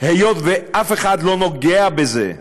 היות שאף אחד לא נוגע בזה,